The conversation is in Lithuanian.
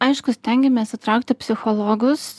aišku stengiamės įtraukti psichologus